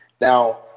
Now